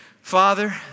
Father